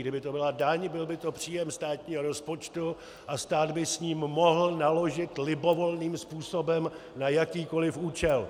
Kdyby to byla daň, byl by to příjem státního rozpočtu a stát by s ním mohl naložit libovolným způsobem na jakýkoliv účel.